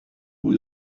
who